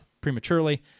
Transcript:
prematurely